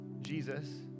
Jesus